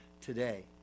today